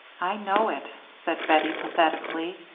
i know it, said bettie, pathetically,